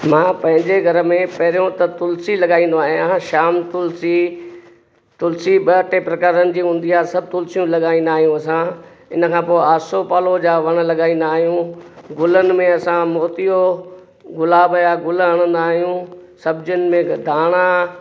मां पंहिंजे घर में पहिरियों त तुलसी लॻाईंदो आहियां शाम तुलसी तुलसी ॿ टे प्रकारनि जी हूंदी आहे सभु तुलसियूं लॻाईंदा आहियूं असां हिन खां पोइ आसोपालव जा वण लॻाईंदा आहियूं गुलनि में असां मोतियो गुलाब या गुल हणंदा आहियूं सब़्जियुनि में धाणा